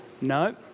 No